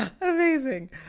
Amazing